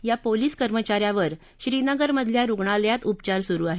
या पोलीस कर्मचाऱ्यावर श्रीनगर मधल्या रुग्णालयात उपचार सुरु आहेत